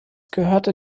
gehörte